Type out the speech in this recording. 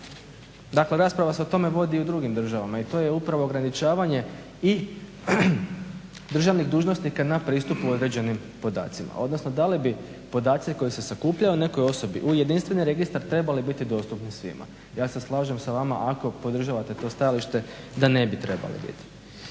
Dakle, rasprava se o tome vodi i u drugim državama i to je upravo ograničavanje i državnih dužnosnika na pristup određenim podacima, odnosno da li bi podaci koji se sakupljaju o nekoj osobi u jedinstveni registar trebali biti dostupni svima. Ja se slažem sa vama ako podržavate to stajalište da ne bi trebali biti.